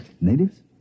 Natives